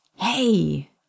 Hey